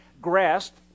grasped